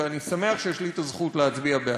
ואני שמח שיש לי הזכות להצביע בעד.